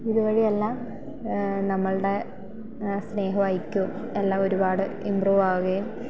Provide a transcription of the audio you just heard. ഇതുവഴി എല്ലാം നമ്മളുടെ സ്നേഹവും ഐക്യവും എല്ലാം ഒരുപാട് ഇമ്പ്രൂവ് ആവുകയും